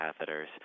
catheters